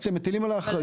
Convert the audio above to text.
אתם מטילים עליי אחריות,